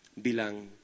bilang